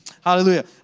hallelujah